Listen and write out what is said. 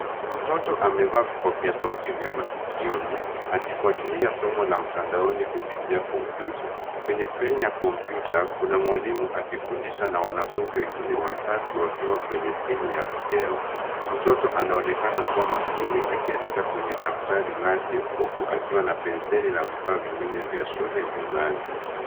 Mtoto amevaa vipokea sauti vya maskioni akifuatilia somo la mtandaoni kupitia kompyuta. Kwenye skrini ya kompyuta kuna mwalimu akifundisha na wanafunzi wengine watatu wakiwa kwenye simu ya video. Mtoto anaonekana kuwa makini akiandikwa kwenye daftari lake huku akiwa na penseli na vifaa vingine vya shule mezani.